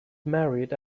married